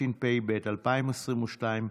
התשפ"ב 2022,